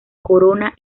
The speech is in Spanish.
corona